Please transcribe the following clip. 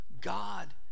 God